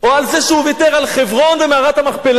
או על זה שהוא ויתר על חברון ומערת המכפלה,